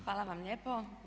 Hvala vam lijepo.